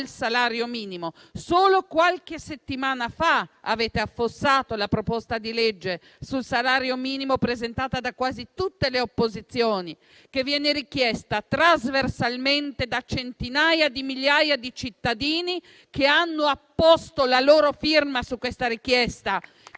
salario minimo. Solo qualche settimana fa avete affossato la proposta di legge sul salario minimo, presentata da quasi tutte le opposizioni, che viene richiesta trasversalmente da centinaia di migliaia di cittadini che hanno apposto la loro firma su questa richiesta.